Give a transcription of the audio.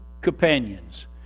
companions